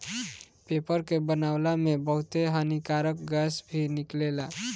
paper के बनावला में बहुते हानिकारक गैस भी निकलेला